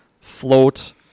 float